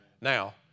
Now